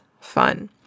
fun